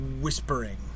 whispering